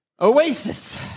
Oasis